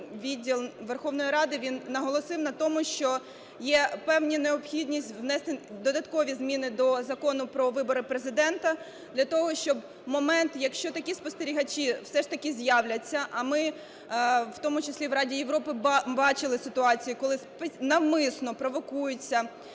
відділ Верховної Ради, він наголосив на тому, що є певна необхідність внести додаткові зміни до Закону про вибори Президента для того, щоб в момент, якщо такі спостерігачі все ж таки з'являться, а ми, в тому числі в Раді Європи, бачили ситуацію, коли навмисно провокується,